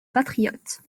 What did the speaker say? patriotes